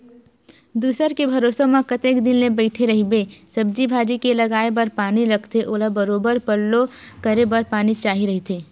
दूसर के भरोसा म कतेक दिन ले बइठे रहिबे, सब्जी भाजी के लगाये बर पानी लगथे ओला बरोबर पल्लो करे बर पानी चाही रहिथे